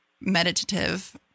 meditative